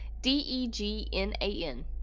D-E-G-N-A-N